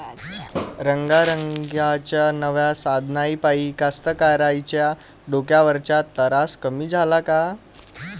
रंगारंगाच्या नव्या साधनाइपाई कास्तकाराइच्या डोक्यावरचा तरास कमी झाला का?